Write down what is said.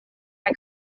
kaj